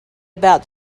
about